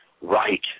right